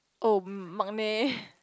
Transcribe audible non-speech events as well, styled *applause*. oh maknae *breath*